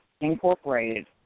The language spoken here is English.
Incorporated